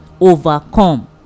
overcome